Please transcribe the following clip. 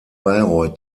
bayreuth